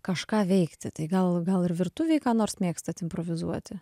kažką veikti tai gal gal ir virtuvėj ką nors mėgstat improvizuoti